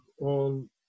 on